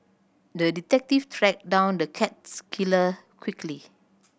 the detective tracked down the cats killer quickly